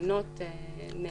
למנות נאמנים.